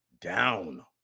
down